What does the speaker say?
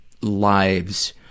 lives